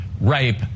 rape